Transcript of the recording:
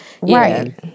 Right